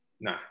nah